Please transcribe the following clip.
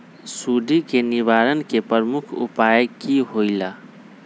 सुडी के निवारण के प्रमुख उपाय कि होइला?